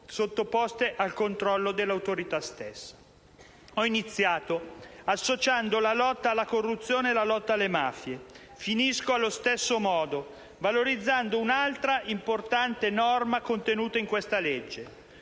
sottoposte al controllo dell'Autorità stessa. Ho iniziato il mio intervento associando la lotta alla corruzione alla lotta alle mafie. Concludo allo stesso modo, valorizzando un'altra importante norma contenuta in questo disegno